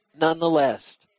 Nonetheless